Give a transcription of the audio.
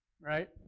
right